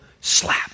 slap